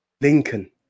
lincoln